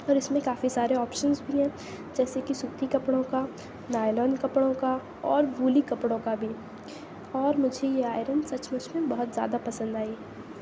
اور اس میں کافی سارے آپشنز بھی ہیں جیسے کہ سوتی کپڑوں کا نائلان کپڑوں کا اور وولی کپڑوں کا بھی اور مجھے یہ آئرن سچ مچ میں بہت زیادہ پسند آئی